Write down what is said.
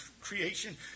creation